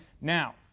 Now